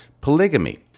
polygamy